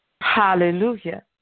Hallelujah